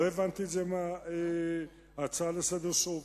לא הבנתי את זה מההצעה לסדר-היום